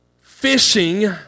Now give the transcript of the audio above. Fishing